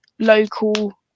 local